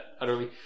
utterly